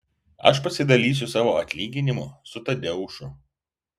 aš pasidalysiu savo atlyginimu su tadeušu